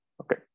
Okay